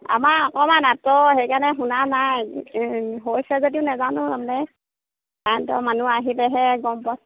আমাৰ অকণমান আঁতৰ সেইকাৰণে শুনা নাই হৈছে যদিও নাজানো মানে মানুহ আহিলেহে গম পোৱা